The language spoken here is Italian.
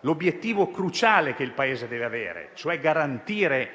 l'obiettivo cruciale che il Paese deve avere, e cioè garantire